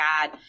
God